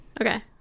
Okay